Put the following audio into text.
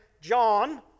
John